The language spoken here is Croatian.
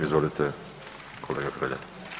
Izvolite kolega Hrelja.